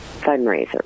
fundraiser